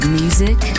music